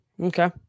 okay